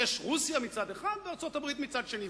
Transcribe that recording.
יש רוסיה מצד אחד וארצות-הברית מצד שני,